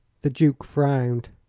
the duke frowned.